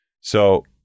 So-